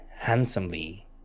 handsomely